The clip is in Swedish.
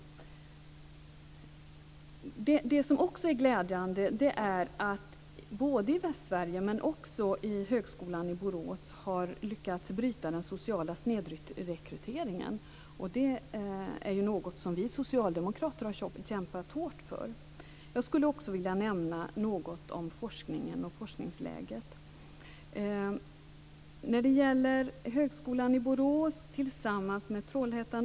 Det som också är glädjande är att man i Västsverige och även i högskolan i Borås har lyckats bryta den sociala snedrekryteringen. Det är något som vi socialdemokrater har kämpat hårt för. Jag skulle också vilja nämna något om forskningen och forskningsläget.